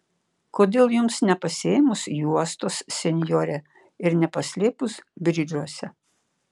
kodėl jums nepasiėmus juostos senjore ir nepaslėpus bridžuose